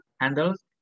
handles